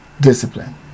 discipline